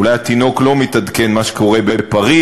אולי התינוק לא מתעדכן במה שקורה בפריז,